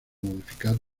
modificar